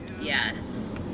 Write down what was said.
Yes